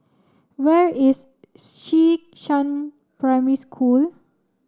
where is Xishan Primary School